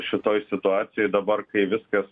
šitoj situacijoj dabar kai viskas